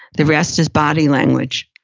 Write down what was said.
the rest is body language.